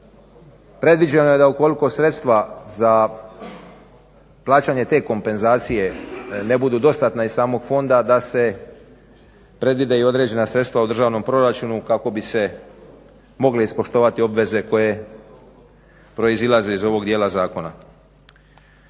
Predviđeno je da ukoliko sredstva za plaćanje te kompenzacije ne budu dostatna iz samog fonda se predvide i određena sredstva u državnom proračunu kako bi se mogle ispoštovati obveze koje proizlaze iz ovog dijela zakona.